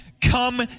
Come